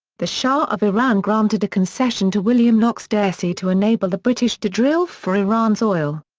the shah of iran granted a concession to william knox d'arcy to enable the british to drill for iran's oil.